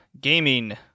Gaming